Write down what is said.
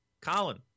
Colin